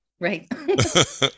Right